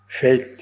Faith